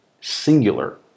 singular